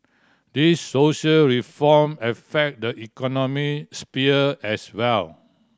these social reform affect the economic sphere as well